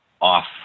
off